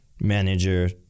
manager